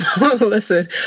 Listen